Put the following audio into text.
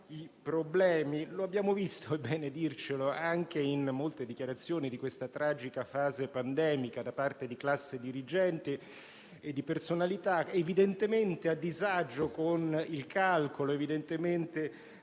i problemi. Lo abbiamo visto - è bene dircelo - anche in molte dichiarazioni di questa tragica fase pandemica espresse da parte della classe dirigente e di personalità evidentemente a disagio con il calcolo, refrattarie